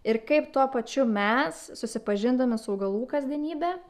ir kaip tuo pačiu mes susipažindami su augalų kasdienybe